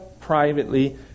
privately